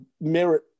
merit